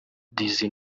dizzy